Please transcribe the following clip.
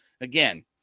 again